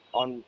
on